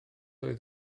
oedd